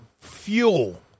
fuel